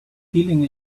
feeling